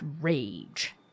rage